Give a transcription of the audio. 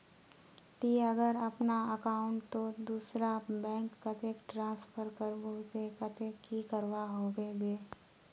ती अगर अपना अकाउंट तोत दूसरा बैंक कतेक ट्रांसफर करबो ते कतेक की करवा होबे बे?